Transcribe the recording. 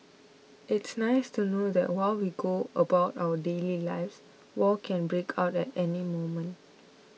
it's nice to know that while we go about our daily lives war can break out at any moment